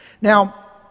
Now